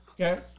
Okay